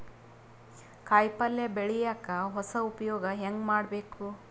ಕಾಯಿ ಪಲ್ಯ ಬೆಳಿಯಕ ಹೊಸ ಉಪಯೊಗ ಹೆಂಗ ಮಾಡಬೇಕು?